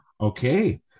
Okay